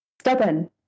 stubborn